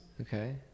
Okay